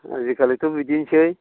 आजिखालिथ' बिदिनोसै